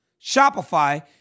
Shopify